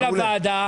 הוא בא לוועדה,